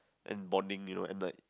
and bonding you know and like